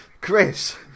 Chris